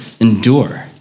Endure